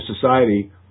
society